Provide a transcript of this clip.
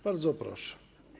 Bardzo proszę.